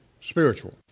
spiritual